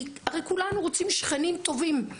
הרי כולנו רוצים שכנים טובים.